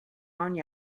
ogni